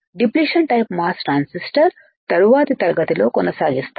depletion type MOS transistor తరువాతి తరగతి లో కొనసాగిస్తాము